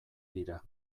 dira